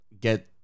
Get